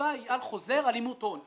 שהישיבה היא על חוזר על אימות הון,